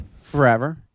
Forever